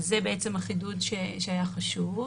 זה החידוד שהיה חשוב.